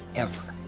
ever.